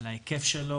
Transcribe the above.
על ההיקף שלו,